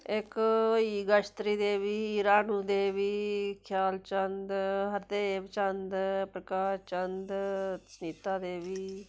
इक होई गेई गाजत्री देवी रानो देवी खयान चंंद हरदेव चंद प्रकाश चंद सनीता देवी